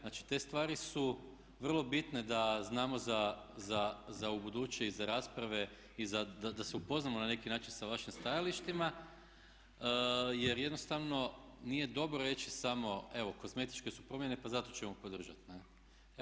Znači, te stvari su vrlo bitne da znamo za ubuduće i za rasprave i da se upoznamo na neki način sa vašim stajalištima jer jednostavno nije dobro reći samo evo kozmetičke su promjene pa zato ćemo podržati ne'